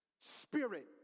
spirit